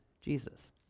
Jesus